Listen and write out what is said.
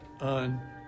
on